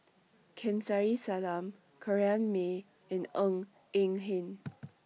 Kamsari Salam Corrinne May and Ng Eng Hen